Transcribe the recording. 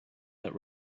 that